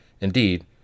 Indeed